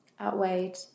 outweighed